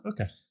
okay